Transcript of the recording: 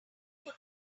call